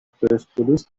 پرسپولیس